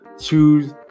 choose